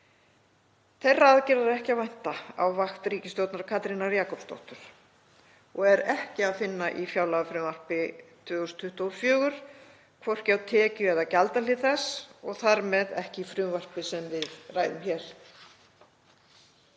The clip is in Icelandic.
Þeirra aðgerða er ekki að vænta á vakt ríkisstjórnar Katrínar Jakobsdóttur og er ekki að finna í fjárlagafrumvarpi 2024, hvorki á tekju- eða gjaldahlið þess og þar með ekki í frumvarpinu sem við ræðum hér.